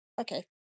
Okay